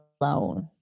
alone